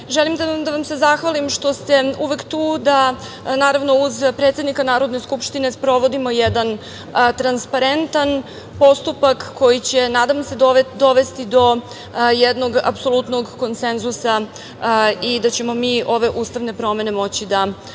da vam se zahvalim što ste uvek tu da, naravno, uz predsednika Narodne skupštine, sprovodimo jedan transparentan postupak koji će, nadam se, dovesti do jednog apsolutnog konsenzusa i da ćemo mi ove ustavne promene moći da sprovedemo